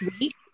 week